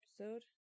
episode